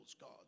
God